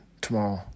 tomorrow